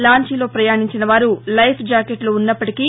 లాంచీలో ప్రపయాణించినవారు లైఫ్ జాకెట్లు వున్నప్పటికీ